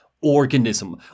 organism